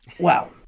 wow